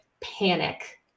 panic